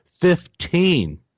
Fifteen